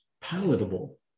palatable